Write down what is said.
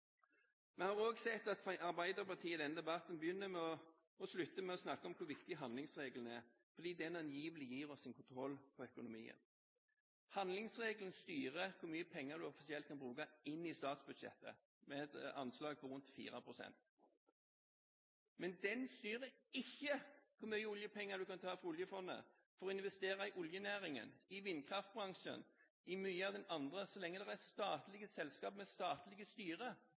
Vi har også sett at Arbeiderpartiet i denne debatten begynner å slutte å snakke om hvor viktig handlingsregelen er fordi den angivelig gir oss en kontroll på økonomien. Handlingsregelen styrer hvor mye penger du offisielt kan bruke inn i statsbudsjettet, med et anslag på rundt 4 pst. Men den styrer ikke hvor mye oljepenger du kan ta fra oljefondet for å investere i oljenæringen, i vindkraftbransjen, i mye av det andre, så lenge det er statlige selskaper med statlige